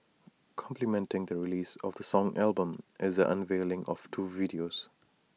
complementing the release of the song album is the unveiling of two videos